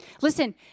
Listen